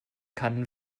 kann